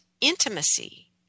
intimacy